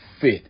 fit